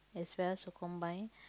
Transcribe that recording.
as well as to combine